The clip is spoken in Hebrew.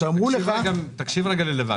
שאמרו לך --- תקשיב רגע ללבנה.